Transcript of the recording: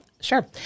sure